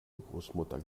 urgroßmutter